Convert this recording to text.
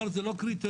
כלומר זה לא קריטריון.